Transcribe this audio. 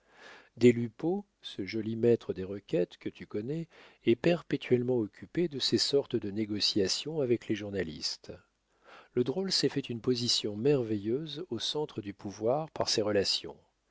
lupeaulx ce joli maître des requêtes que tu connais est perpétuellement occupé de ces sortes de négociations avec les journalistes le drôle s'est fait une position merveilleuse au centre du pouvoir par ses relations